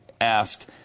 asked